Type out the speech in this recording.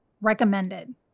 recommended